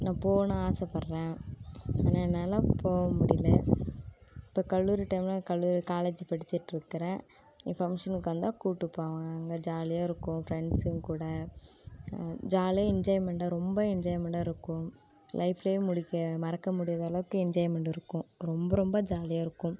நான் போகணுன் ஆசைப்பட்றேன் ஆனால் என்னால் போக முடியல இப்போ கல்லூரி டைமில் கல்லூரி காலேஜ் படிச்சுட்ருக்கறேன் இங்கே ஃபங்க்ஷனுக்கு வந்தால் கூட்டு போவாங்க அங்கே ஜாலியாக இருக்கும் ஃப்ரெண்ட்ஸுங்க கூட ஜாலியாக என்ஜாய்மென்ட்டாக ரொம்ப என்ஜாய்மென்ட்டாக இருக்கும் லைஃப்லேயே முடிக்க மறக்க முடியாத அளவுக்கு என்ஜாய்மென்ட் இருக்கும் ரொம்ப ரொம்ப ஜாலியாக இருக்கும்